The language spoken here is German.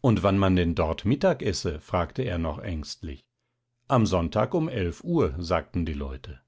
und wann man denn dort mittag esse fragte er noch ängstlich am sonntag um elf uhr sagten die leute